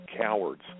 cowards